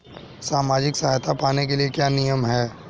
सामाजिक सहायता पाने के लिए क्या नियम हैं?